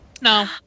No